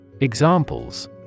Examples